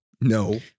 No